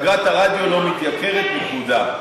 אגרת הרדיו לא מתייקרת, נקודה.